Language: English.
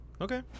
Okay